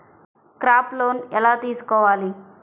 Crop loan ఎలా తీసుకోవాలి?